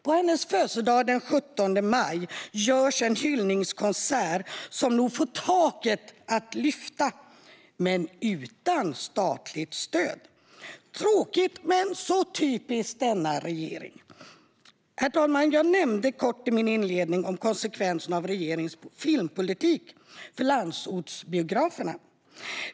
På hennes födelsedag den 17 maj görs en hyllningskonsert som nog får taket att lyfta - men utan statligt stöd. Tråkigt, men så typiskt denna regering. Herr talman! Jag nämnde kort i min inledning konsekvenserna av regeringens filmpolitik för landsortsbiograferna.